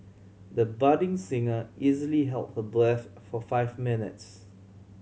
the budding singer easily held her breath for five minutes